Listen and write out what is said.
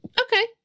Okay